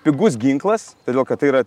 pigus ginklas todėl kad tai yra